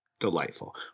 Delightful